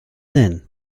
then